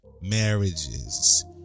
marriages